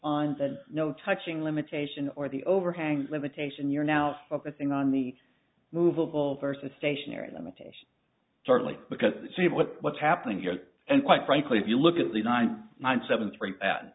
on the no touching limitation or the overhang limitation you're now focusing on the movable versus stationary limitation certainly because see what's happening here and quite frankly if you look at the nine nine seven three